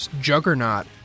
juggernaut